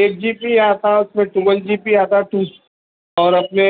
at GB بی آتا اُس میں ٹو ون جی بی آتا ٹو اور اپنے